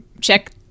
Check